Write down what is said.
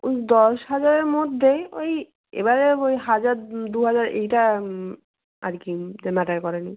ওই দশ হাজারের মধ্যেই ওই এবারে ওই হাজার দু হাজার এইটা আর কি এটা ম্যাটার করে নি